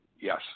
Yes